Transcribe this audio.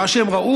מה שהם ראו,